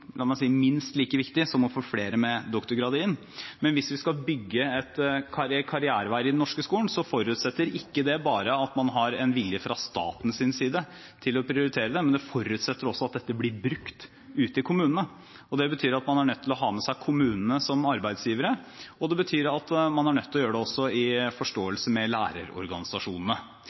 la meg si – minst like viktige som å få flere med doktorgrad inn. Men hvis vi skal bygge karriereveier i den norske skolen, forutsetter det ikke bare at man har en vilje fra statens side til å prioritere det, det forutsetter også at dette blir brukt ute i kommunene. Det betyr at man er nødt til å ha med seg kommunene som arbeidsgivere, og det betyr at man er nødt til å gjøre det også i forståelse med lærerorganisasjonene.